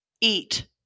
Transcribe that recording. Eat